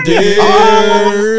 Dear